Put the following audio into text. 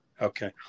Okay